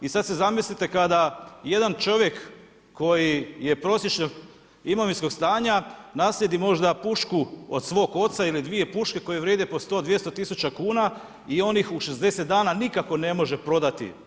I sada si zamislite kada jedan čovjek koji je prosječnog imovinskog stanja naslijedi možda pušku od svog oca ili dvije puške koje vrijede po 100, 200 tisuća kuna i on ih u 60 dana nikako ne može prodati.